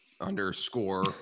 underscore